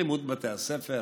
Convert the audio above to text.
אלימות בבתי הספר,